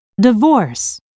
Divorce